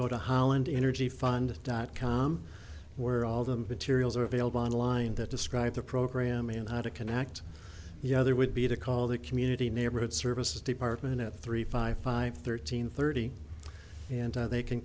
go to holland energy fund dot com were all them materials are available online that describe the program in the to connect the other would be to call the community neighborhood services department of three five five thirteen thirty and they can